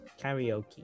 Karaoke